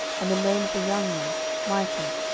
and the name of the younger michal